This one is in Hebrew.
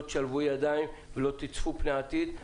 לא תשלבו ידיים ולא תצפו פני עתיד.